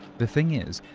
the thing is,